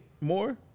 more